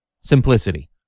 Simplicity